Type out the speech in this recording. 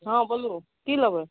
हँ बोलू की लबै